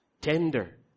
Tender